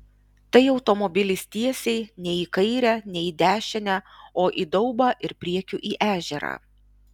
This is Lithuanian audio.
tai automobilis tiesiai nei į kairę nei į dešinę o į daubą ir priekiu į ežerą